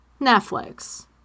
Netflix